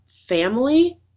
family